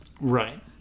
Right